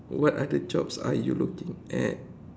what other jobs you are looking at